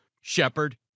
Shepard